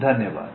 धन्यवाद